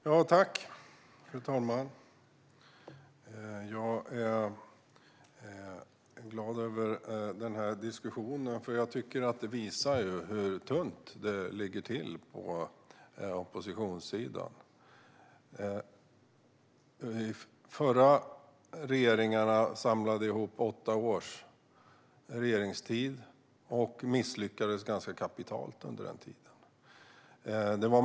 Fru talman! Jag är glad över den här diskussionen, för den visar hur tunt det är på oppositionssidan. De förra regeringarna samlade ihop åtta års regeringstid och misslyckades ganska kapitalt.